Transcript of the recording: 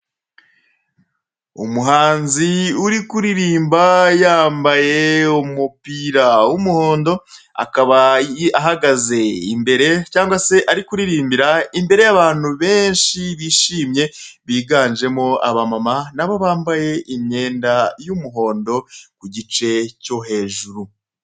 Umuhanzi uri kuririmba yambaye umupira w'umuhondo, akaba ahagaze imbere cyangwa se ari kuririmbira imbere y'abantu benshi bishimye, biganjemo abamama, nabo bambaye imipira y'umuhondo ku gice cyo hejuru.